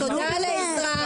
חבר'ה, תודה על העזרה.